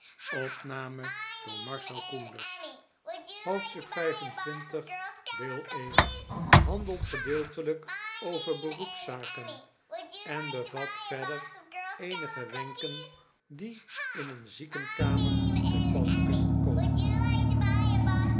hoofdstuk xxv handelt gedeeltelijk over beroepszaken en bevat verder eenige wenken die in een ziekenkamer te pas kunnen komen